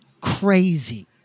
crazy